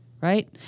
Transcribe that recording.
Right